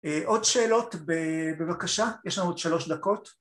עוד שאלות בבקשה? יש לנו עוד שלוש דקות.